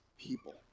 people